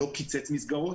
לא קיצץ מסגרות